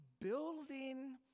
building